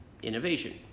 Innovation